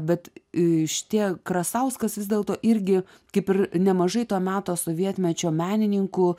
bet ištie krasauskas vis dėlto irgi kaip ir nemažai to meto sovietmečio menininkų